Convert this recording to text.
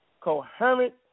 coherent